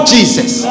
Jesus